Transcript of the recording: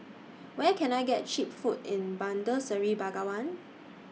Where Can I get Cheap Food in Bandar Seri Begawan